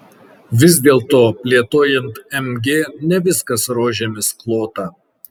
vis dėlto plėtojant mg ne viskas rožėmis klota